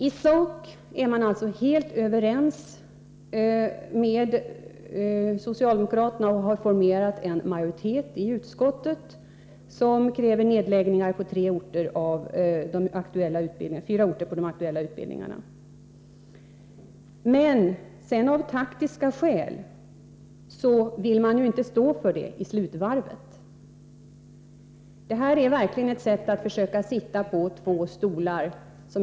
I sak är moderaterna helt överens med socialdemokraterna, och de har formerat en majoritet i utskottet som kräver nedläggningar på fyra orter av de aktuella utbildningarna. Men av taktiska skäl vill inte moderaterna stå för det i slutvarvet. Detta är verkligen att försöka sitta på två stolar.